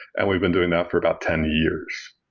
and we've been doing that for about ten years.